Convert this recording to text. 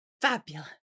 fabulous